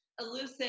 elusive